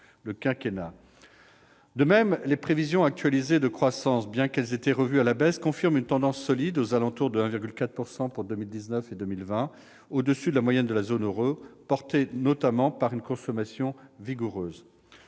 De même, les prévisions actualisées de croissance, bien qu'elles aient été revues à la baisse, confirment une tendance solide, aux alentours de 1,4 % pour 2019 et 2020, au-dessus de la moyenne de la zone euro, portée notamment par une consommation vigoureuse.